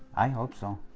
i hope so.